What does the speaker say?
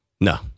No